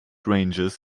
ranges